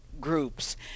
groups